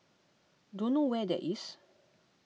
don't know where that is